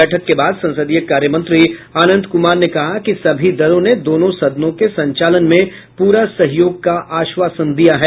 बैठक के बाद संसदीय कार्य मंत्री अनंत कुमार ने कहा कि सभी दलों ने दोनों सदनों के संचालन में पूरा सहयोग का आश्वासन दिया है